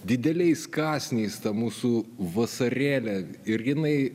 dideliais kąsniais tą mūsų vasarėlę ir jinai